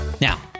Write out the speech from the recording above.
Now